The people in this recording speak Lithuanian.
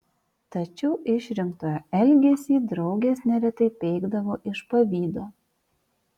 tačiau išrinktojo elgesį draugės neretai peikdavo iš pavydo